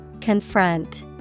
Confront